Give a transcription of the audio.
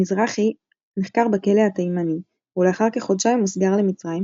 מזרחי נחקר בכלא התימני ולאחר כחודשיים הוסגר למצרים,